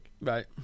Right